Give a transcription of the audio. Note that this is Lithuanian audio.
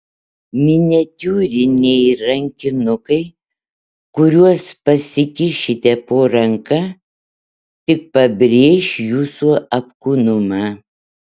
miniatiūriniai rankinukai kuriuos pasikišite po ranka tik pabrėš jūsų apkūnumą